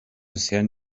bisher